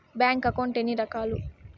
bank account ఎన్ని రకాలు